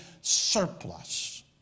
surplus